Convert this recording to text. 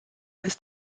ist